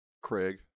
Craig